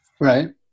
Right